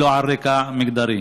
ולא על רקע מגדרי.